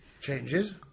Changes